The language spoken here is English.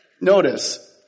Notice